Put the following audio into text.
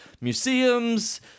museums